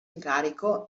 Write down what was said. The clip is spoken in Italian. incarico